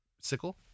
Sickle